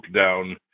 down